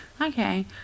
okay